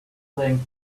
playing